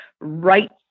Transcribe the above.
right